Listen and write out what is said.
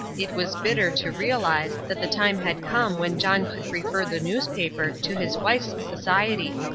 it was bitter to realize that the time had come when john could prefer the newspaper to his wife's society.